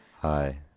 Hi